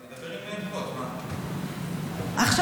עכשיו,